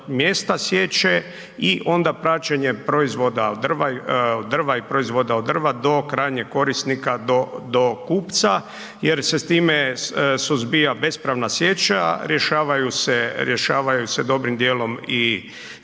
mjesta sječe i onda praćenje proizvoda od drva i proizvoda od drva od krajnjeg korisnika do kupca jer se time suzbija bespravna sječa, rješavaju se dobrim dijelom i